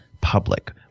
public